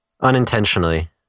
unintentionally